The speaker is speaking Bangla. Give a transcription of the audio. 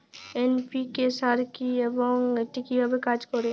এন.পি.কে সার কি এবং এটি কিভাবে কাজ করে?